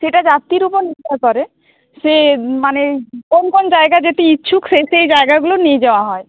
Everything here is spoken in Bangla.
সেটা যাত্রীর উপর নির্ভর করে সে মানে কোন কোন জায়গা যেতে ইচ্ছুক সেই সেই জায়গাগুলো নিয়ে যাওয়া হয়